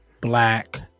black